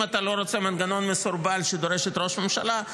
אם אתה לא רוצה מנגנון מסורבל שדורש את ראש הממשלה,